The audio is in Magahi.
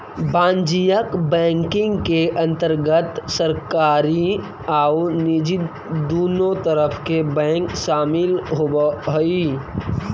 वाणिज्यिक बैंकिंग के अंतर्गत सरकारी आउ निजी दुनों तरह के बैंक शामिल होवऽ हइ